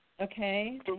Okay